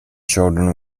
children